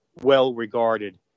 well-regarded